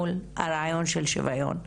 מול הרעיון של שוויון,